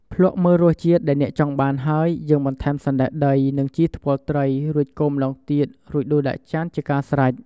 ភ្លក្សមើលរសជាតិដែរអ្នកចង់បានហើយ យើងបន្ថែមសណ្តែកដី និង ជីថ្ពាល់ត្រី រួចកូរម្ដងទៀតរួចដួសដាក់ចានជាការស្រេច។